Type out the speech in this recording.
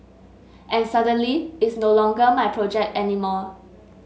and suddenly it's no longer my project anymore